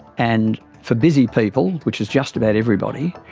and for busy people, which is just about everybody,